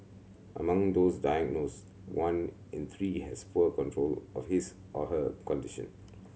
among those diagnosed one in three has poor control of his or her condition